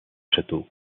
château